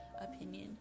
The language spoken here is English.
opinion